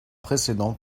précédent